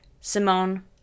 simone